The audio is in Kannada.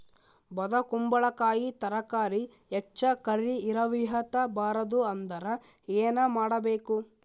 ಬೊದಕುಂಬಲಕಾಯಿ ತರಕಾರಿ ಹೆಚ್ಚ ಕರಿ ಇರವಿಹತ ಬಾರದು ಅಂದರ ಏನ ಮಾಡಬೇಕು?